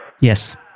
Yes